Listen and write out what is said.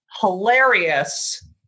hilarious